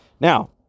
Now